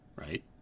right